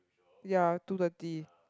ya two thirty